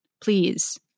please